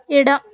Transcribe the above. ಎಡ